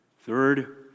Third